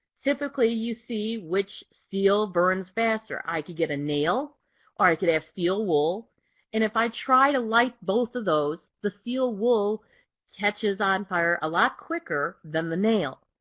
typically you see which steel burns faster. i can get a nail or i can have steel wool and if i try to light both of those, the steel wool catches on fire a lot quicker than the nail.